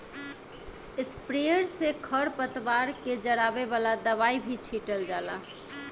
sprayer से खर पतवार के जरावे वाला दवाई भी छीटल जाला